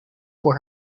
voor